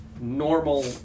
normal